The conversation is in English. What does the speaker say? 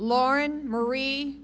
lauren marie